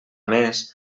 més